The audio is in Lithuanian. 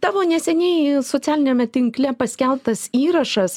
tavo neseniai socialiniame tinkle paskelbtas įrašas